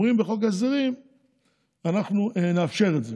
בחוק ההסדרים אומרים: אנחנו נאפשר את זה.